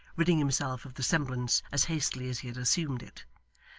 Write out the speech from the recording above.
ridding himself of the semblance as hastily as he had assumed it.